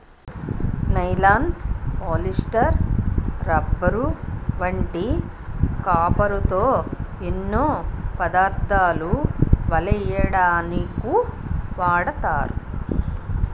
nylon, polyester, rubber వంటి కాపరుతో ఎన్నో పదార్ధాలు వలెయ్యడానికు వాడతారు